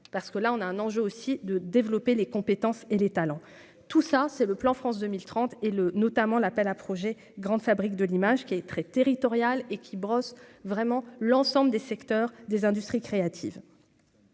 parce que là on a un enjeu aussi de développer les compétences et les talents, tout ça, c'est le plan France 2030 et le notamment l'appel à projets grande fabrique de l'image qui est très territoriale et qui brosse vraiment l'ensemble des secteurs des industries créatives,